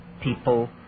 people